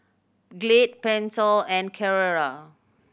Glad Pentel and Carrera